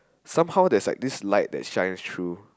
somehow there's like this light that shines through